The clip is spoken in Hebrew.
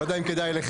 לא יודע אם כדאי לך.